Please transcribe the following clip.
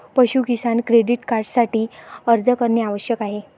पाशु किसान क्रेडिट कार्डसाठी अर्ज करणे आवश्यक आहे